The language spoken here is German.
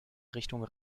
richtung